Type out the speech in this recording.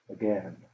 again